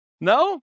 No